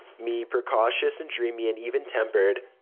me, precocious and dreamy and even-tempered.